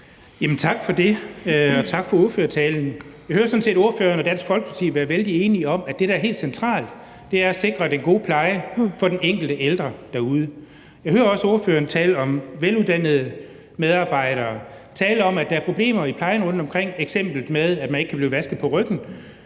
Tak for det, og tak for ordførertalen. Jeg hører sådan set ordføreren og Dansk Folkeparti være vældig enige om, at det, der er helt centralt, er at sikre den gode pleje for den enkelte ældre derude. Jeg hører også ordføreren tale om veluddannede medarbejdere, tale om, at der er problemer i plejen rundtomkring, f.eks. med at man ikke kan blive vasket på ryggen.